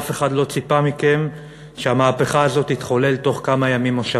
אף אחד לא ציפה מכם שהמהפכה הזאת תתחולל בתוך כמה ימים או שבועות,